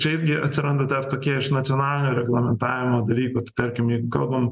čia irgi atsiranda dar tokie iš nacionalinio reglamentavimo dalykų tai tarkim jeigu kalbam